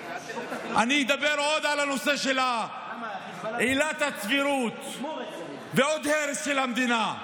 אני אדבר עוד על הנושא של עילת הסבירות ועוד הרס של המדינה.